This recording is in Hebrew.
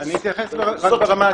אני אתייחס רק ברמה הטכנית.